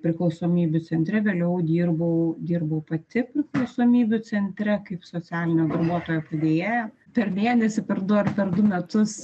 priklausomybių centre vėliau dirbau dirbau pati priklausomybių centre kaip socialinio darbuotojo padėjėja per mėnesį per du ar per du metus